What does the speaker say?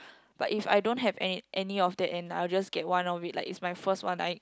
but if I don't have any any of that and I'll just get one of it like it's my first one I